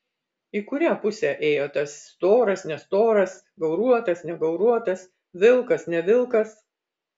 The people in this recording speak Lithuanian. į kurią pusę ėjo tas storas nestoras gauruotas negauruotas vilkas ne vilkas